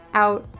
out